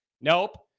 Nope